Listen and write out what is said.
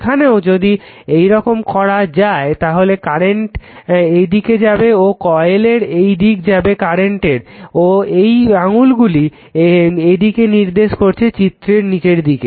এখানেও যদি এরকম করা যায় তাহলে কারেন্ট এইদিকে যাবে ও কয়েলের এইদিকে যাবে কারেন্টের ও এই আঙুলগুলি এইদিকে নির্দেশ করছে চিত্রের নিচের দিকে